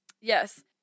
Yes